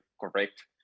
correct